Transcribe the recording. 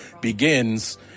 begins